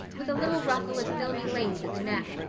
with a little ruffle of filmy lace at the neck.